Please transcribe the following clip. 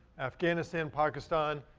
afghanistan, pakistan,